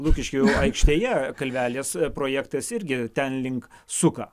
lukiškių aikštėje kalvelės projektas irgi ten link suka